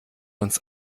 uns